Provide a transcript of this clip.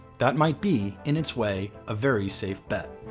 that might be, in its way, a very safe bet.